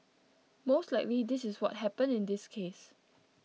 most likely this is what happened in this case